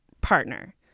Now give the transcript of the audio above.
partner